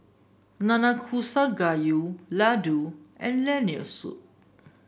Nanakusa Gayu Ladoo and Lentil Soup